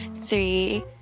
three